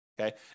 okay